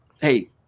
hey